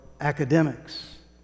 academics